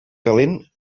calent